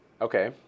Okay